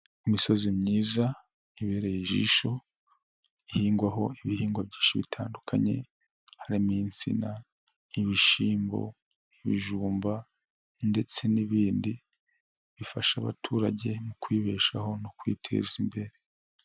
Imisozi myiza ibereye ijisho ihingwaho ibihingwa byinshi bitandukanye harimo insina, ibishyimbo, ibijumba ndetse n'ibindi bifasha abaturage kwibeshaho no kwiteza imbere.